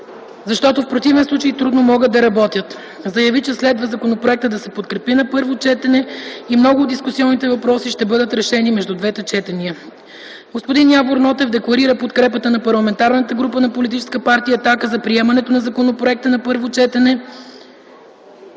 защото в противен случай трудно могат да работят. Заяви, че следва законопроектът да се подкрепи на първо четене и много от дискусионните въпроси ще бъдат решени между двете четения. Господин Явор Нотев декларира подкрепата на Парламентарната група на Политическа партия „Атака” за приемането на законопроекта на първо четене.